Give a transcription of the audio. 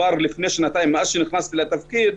כבר לפני שנתיים מאז שנכנסתי לתפקיד,